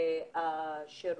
וחבל.